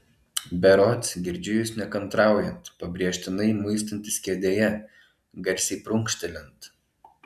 berods girdžiu jus nekantraujant pabrėžtinai muistantis kėdėje garsiai prunkštelint